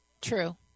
True